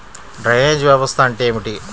Drainage వ్యవస్థ అంటే ఏమిటి?